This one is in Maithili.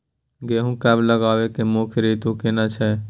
गेहूं कब लगाबै के मुख्य रीतु केना छै?